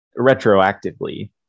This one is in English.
retroactively